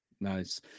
Nice